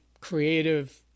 creative